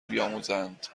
بیاموزند